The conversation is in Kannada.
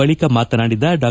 ಬಳಿಕ ಮಾತನಾಡಿದ ಡಾ